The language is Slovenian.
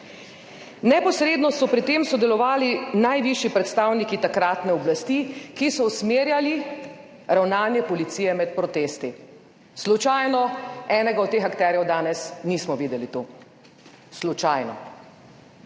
Neposredno so pri tem sodelovali najvišji predstavniki takratne oblasti, ki so usmerjali ravnanje policije med protesti. Slučajno enega od teh akterjev danes nismo videli tu, slučajno.